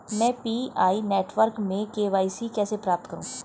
मैं PI network में KYC कैसे प्राप्त करूँ?